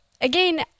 again